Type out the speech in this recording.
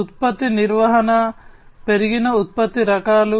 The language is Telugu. ఉత్పత్తి నిర్వహణ పెరిగిన ఉత్పత్తి రకాలు